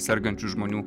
sergančių žmonių